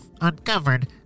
uncovered